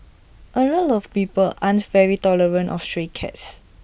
A lot of people aren't very tolerant of stray cats